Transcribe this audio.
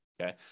Okay